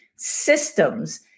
systems